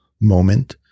moment